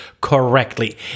correctly